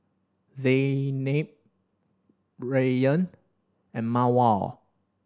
Zaynab Rayyan and Mawar